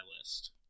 list